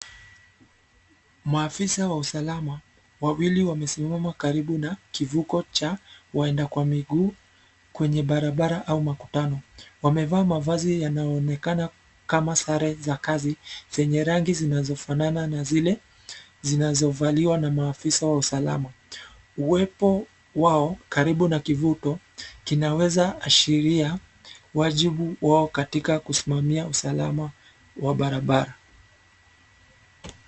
Maafisa wa usalama, wawili wamesimama karibu na kivuko cha, waenda kwa miguu, kwenye barabara au makutano. Wamevaa mavazi yanayoonekana, kama sare za kazi, zenye rangi zinazofanana na zile, zinazovaliwa na maafisa wa usalama. Uwepo, wao karibu na kivuko, kinaweza ashiria, wajibu wao katika kusimamia usalama, wa barabara.